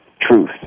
truth